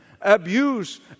abuse